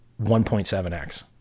1.7X